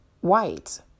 white